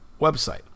website